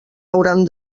hauran